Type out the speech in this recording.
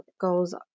goes